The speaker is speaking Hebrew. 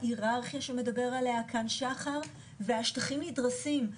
היררכיה שמדבר עליה כאן שחר והשטחים נדרסים.